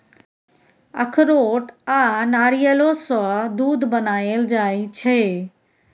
अखरोट आ नारियलो सँ दूध बनाएल जाइ छै